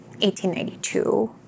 1892